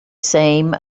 same